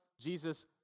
Jesus